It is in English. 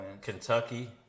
Kentucky